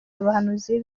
abahanuzi